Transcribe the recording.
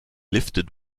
lifted